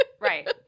Right